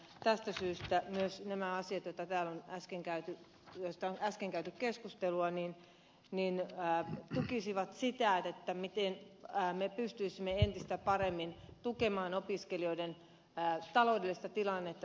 tästä syystä myös nämä asiat joista täällä on äsken käyty keskustelua tukisivat sitä miten me pystyisimme entistä paremmin tukemaan opiskelijoiden taloudellista tilannetta